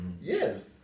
Yes